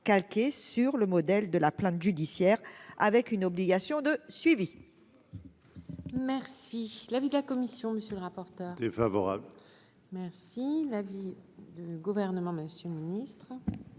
sur le modèle de la plainte judiciaire avec une obligation de suivi. Merci l'avis de la commission, monsieur le rapporteur défavorable, merci la vie de gouvernement Monsieur le Ministre.